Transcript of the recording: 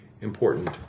important